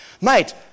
Mate